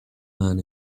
man